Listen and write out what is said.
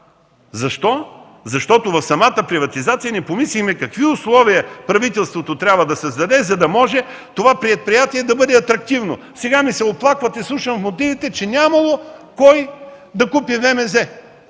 Защо? Защото в самата приватизация не помислихме какви условия правителството трябва да създаде, за да може това предприятие да бъде атрактивно. Сега ми се оплаквате, слушам в мотивите, че нямало кой да купи ВМЗ.